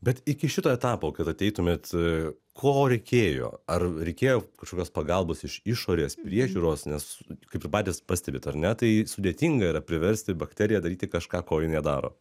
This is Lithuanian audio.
bet iki šito etapo kad ateitumėt ko reikėjo ar reikėjo kažkokios pagalbos iš išorės priežiūros nes kaip ir patys pastebit ar ne tai sudėtinga yra priversti bakteriją daryti kažką ko ji nedaro